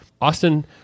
Austin